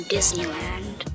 Disneyland